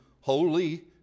holy